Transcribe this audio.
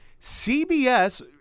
CBS